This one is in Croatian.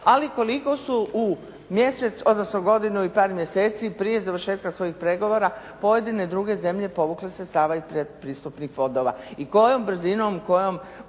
ali koliko su u mjesec, odnosno godinu i par mjeseci prije završetka svojih pregovora pojedine druge zemlje povukle sredstava iz pretpristupnih fondova i kojom brzinom i kojom